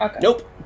Nope